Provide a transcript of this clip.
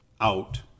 out